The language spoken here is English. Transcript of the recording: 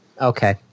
Okay